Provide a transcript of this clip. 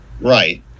right